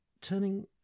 turning